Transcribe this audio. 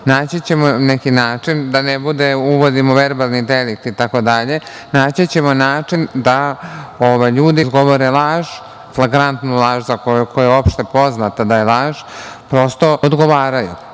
Naći ćemo neki način da ne bude – uvodimo verbalni delikti itd, da ljudi koji izgovore laž, flagrantnu laž za koju je opšte poznato da je laž prosto odgovaraju